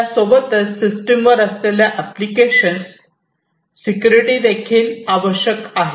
त्यासोबतच सिस्टम वर असलेल्या एप्लीकेशन्स सिक्युरिटी देखील आवश्यक आहे